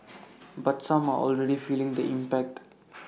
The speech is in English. but some are already feeling the impact